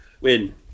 Win